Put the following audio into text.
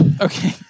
Okay